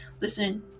listen